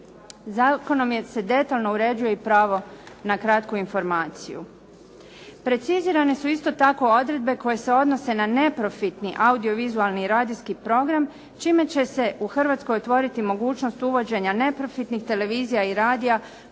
Zakonom se detaljno uređuje i pravo na kratku informaciju. Precizirane su isto tako odredbe koje se odnose na neprofitni audio-vizualni i radijski program čime će se u Hrvatskoj otvoriti mogućnost uvođenja neprofitnih televizija i radija